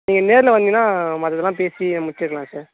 நீங்கள் நேரில் வந்தீங்கன்னால் மற்றதெல்லாம் பேசி முடிச்சுட்லாம் சார்